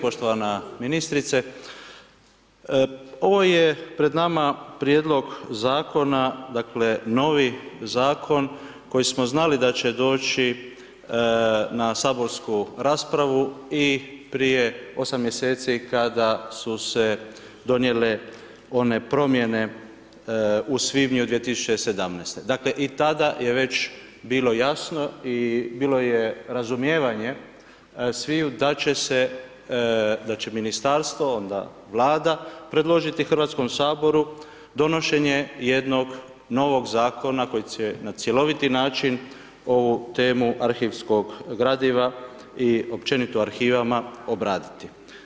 Poštovana ministrice, ovo je pred nama prijedlog zakona, dakle, novi zakon koji smo znali da će doći na saborsku raspravu i prije 8 mjeseci kada su se donijele one promjene u svibnju 2017. dakle, i tada je već bilo jasno i bilo je razumijevanjem sviju da će se, da će ministarstvo, onda Vlada predložiti Hrvatskom saboru, donošenje jednog novog zakona, koji će na cjeloviti način, ovu temu arhivskog gradiva i općenito o arhivama obraditi.